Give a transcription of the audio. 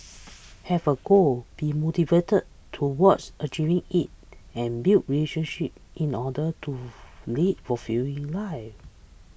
have a goal be motivated towards achieving it and build relationships in order to lead fulfilling lives